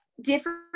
different